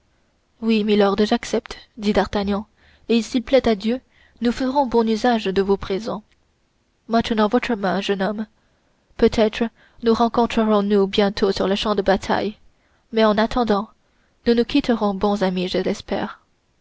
oui milord j'accepte dit d'artagnan et s'il plaît à dieu nous ferons bon usage de vos présents maintenant votre main jeune homme peut-être nous rencontrerons-nous bientôt sur le champ de bataille mais en attendant nous nous quitterons bons amis je l'espère